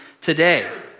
today